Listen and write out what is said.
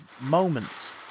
moments